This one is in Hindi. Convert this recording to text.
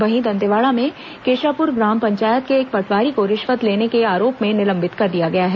वहीं दंतेवाड़ा में केशापुर ग्राम पंचायत के एक पटवारी को रिश्वत लेने के आरोप में निलंबित कर दिया गया है